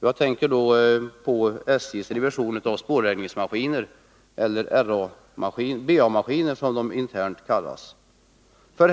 Jag tänker då på SJ:s revision av spårläggningsmaskiner — BA-maskiner, som de internt kallas.